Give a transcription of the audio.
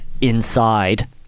inside